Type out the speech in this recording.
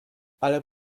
ale